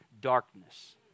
darkness